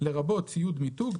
לרבות ציוד מיתוג,